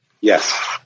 Yes